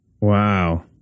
Wow